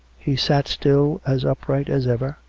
he sat still as upright as ever,